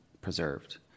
preserved